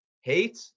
hate